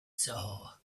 saw